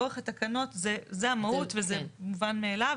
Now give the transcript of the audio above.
לאורך התקנות זה המהות וזה מובן מאליו.